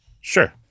sure